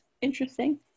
interesting